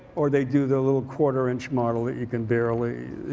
or they do the little quarter inch model that you can barely,